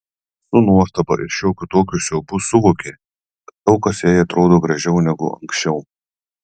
su nuostaba ir šiokiu tokiu siaubu suvokė kad daug kas jai atrodo gražiau negu anksčiau